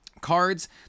cards